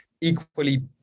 equally